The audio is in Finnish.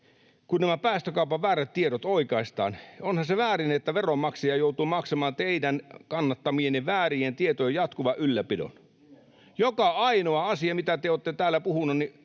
kun nämä päästökaupan väärät tiedot oikaistaan, niin onhan se väärin, että veronmaksaja joutuu maksamaan teidän kannattamienne väärien tietojen jatkuvan ylläpidon. Joka ainoa asia, mitä te olette täällä puhuneet,